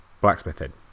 blacksmithing